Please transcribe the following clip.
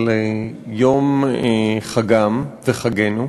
על יום חגם וחגנו.